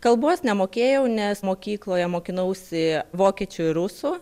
kalbos nemokėjau nes mokykloje mokinausi vokiečių ir rusų